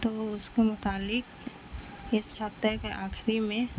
تو اس کے متعلق اس ہفتہ کے آخر میں